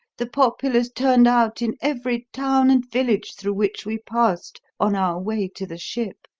the populace turned out in every town and village through which we passed on our way to the ship,